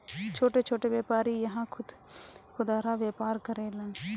छोट छोट व्यापारी इहा खुदरा व्यापार करेलन